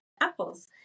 apples